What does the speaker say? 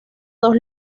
dos